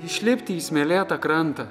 išlipti į smėlėtą krantą